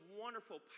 wonderful